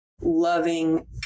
loving